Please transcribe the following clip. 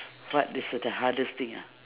what is the hardest thing ah